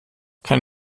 kann